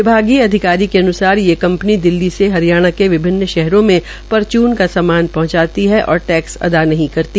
विभागीय अधिकारी के अनुसार ये कपंनी दिल्ली से हरियाणा के विभिन्न शहरों में परचून का सामान पहंचाती है और टैक्स अदा नहीं करती